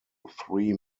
three